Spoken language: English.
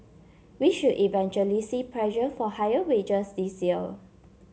we should eventually see pressure for higher wages this year